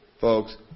folks